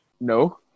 No